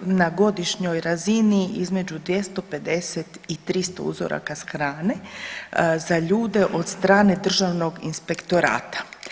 na godišnjoj razini između 250 i 300 uzoraka hrane za ljude od strane Državnog inspektorata.